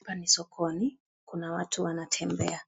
Hapa ni sokoni ,kuna watu wanatembea.